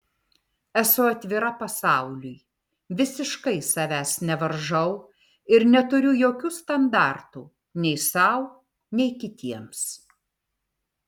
esu atvira pasauliui visiškai savęs nevaržau ir neturiu jokių standartų nei sau nei kitiems